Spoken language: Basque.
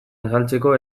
azaltzeko